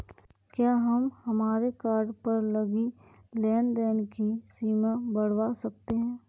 क्या हम हमारे कार्ड पर लगी लेन देन की सीमा बढ़ावा सकते हैं?